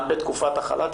גם בתקופת החל"ת,